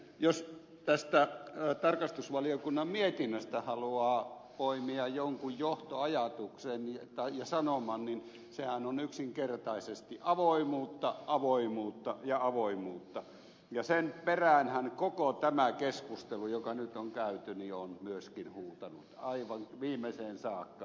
jos tästä tarkastusvaliokunnan mietinnöstä haluaa poimia jonkun johtoajatuksen ja sanoman niin sehän on yksinkertaisesti avoimuutta avoimuutta ja avoimuutta ja sen peräänhän koko tämä keskustelu joka nyt on käyty on myöskin huutanut aivan viimeiseen saakka